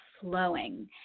flowing